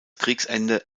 kriegsende